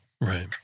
Right